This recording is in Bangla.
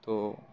তো